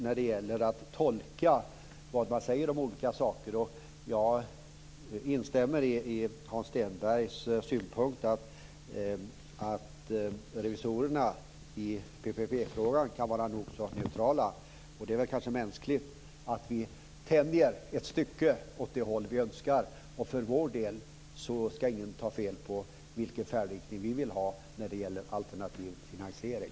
När det sedan gäller att tolka vad man säger om olika saker, instämmer jag i Hans Stenbergs synpunkt att revisorerna i PPP-frågan kan vara nog så neutrala. Det är kanske mänskligt att vi tänjer ett stycke åt det håll vi önskar. För vår del ska ingen ta fel på vilken färdriktning vi vill ha när det gäller alternativ finansiering.